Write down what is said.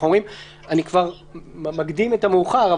אני מקדים את המאוחר,